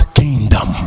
kingdom